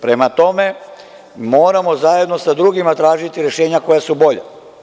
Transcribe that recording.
Prema tome, moramo zajedno sa drugima tražiti rešenja koja su bolja.